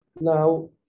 now